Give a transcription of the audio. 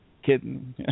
Kitten